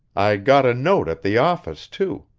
i got a note at the office, too.